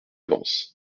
vence